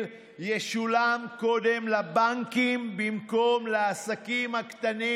ישולם קודם לבנקים במקום לעסקים הקטנים.